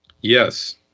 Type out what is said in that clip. Yes